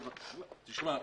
תשמע,